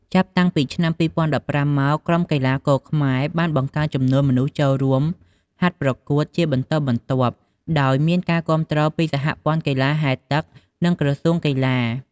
ចាប់តាំងពីឆ្នាំ ២០១៥ មក ក្រុមកីឡាករខ្មែរមានការបង្កើនចំនួនមនុស្សចូលរួមហាត់ប្រកួតជាបន្តបន្ទាប់ ដោយមានការគាំទ្រពីសហព័ន្ធកីឡាហែលទឹក និងក្រសួងកីឡា។